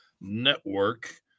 Network